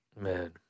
Man